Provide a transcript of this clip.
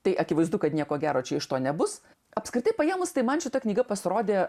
tai akivaizdu kad nieko gero čia iš to nebus apskritai paėmus tai man šita knyga pasirodė